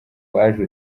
waje